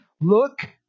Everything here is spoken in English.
look